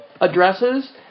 addresses